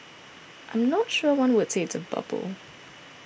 I'm not sure one would say it's a bubble